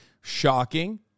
shocking